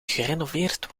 gerenoveerd